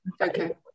Okay